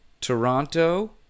Toronto